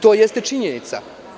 To jeste činjenica.